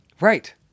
right